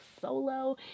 solo